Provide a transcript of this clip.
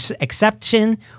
exception